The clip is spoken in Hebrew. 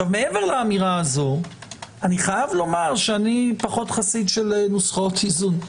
מעבר לאמירה הזו אני פחות חסיד של נוסחאות איזון.